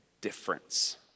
difference